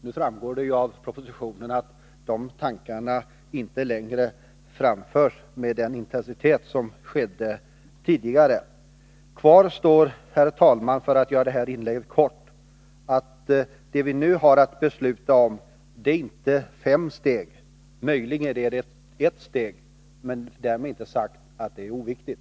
Nu framgår det av propositionen att de här tankarna inte längre framförs med den intensitet som var fallet tidigare. Kvar står, herr talman — för att göra det här inlägget kort — att det vi nu har att besluta om inte är fem steg, möjligen är det ett steg — därmed inte sagt att det är oviktigt.